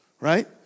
right